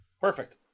Perfect